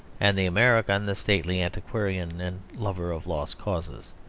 and the american the stately antiquarian and lover of lost causes.